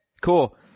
Cool